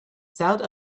sound